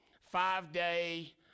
five-day